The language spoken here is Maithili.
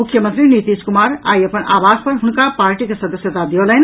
मुख्यमंत्री नीतीश कुमार आई अपन आवास पर हुनका पार्टीक सदस्यता दियौलनि